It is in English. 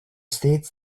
states